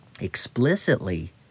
explicitly